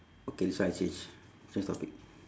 okay this one I change change topic